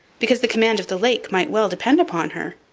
because the command of the lake might well depend upon her.